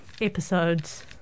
episodes